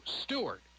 Stewart